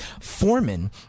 Foreman